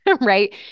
right